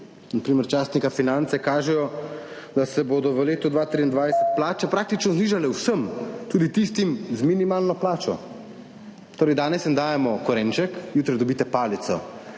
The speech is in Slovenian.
na primer časnika Finance, kažejo, da se bodo v letu 2023 plače praktično znižale vsem, tudi tistim z minimalno plačo. Torej, danes jim dajemo korenček, jutri dobite palico.